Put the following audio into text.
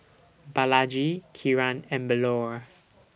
Balaji Kiran and Bellur